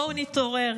בואו נתעורר.